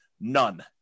None